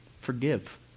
Forgive